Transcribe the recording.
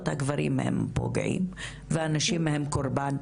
הגברים הם הפוגעים והנשים הן קורבן.